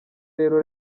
rero